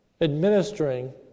administering